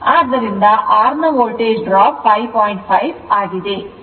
ಆದ್ದರಿಂದ r ನ voltage drop 5